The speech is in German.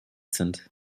sind